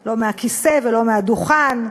לא מהכיסא ולא מהדוכן.